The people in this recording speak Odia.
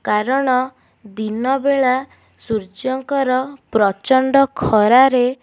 କାରଣ ଦିନବେଳା ସୂର୍ଯ୍ୟଙ୍କର ପ୍ରଚଣ୍ଡ ଖରାରେ